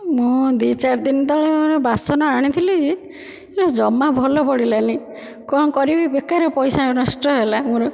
ମୁଁ ଦି ଚାରି ଦିନ ତଳେ ବାସନ ଆଣିଥିଲି ଜମା ଭଲ ପଡ଼ିଲାନି କଣ କରିବି ବେକାର ପଇସା ନଷ୍ଟ ହେଲା ମୋର